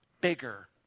bigger